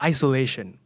Isolation